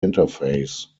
interface